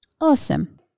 Awesome